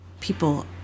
people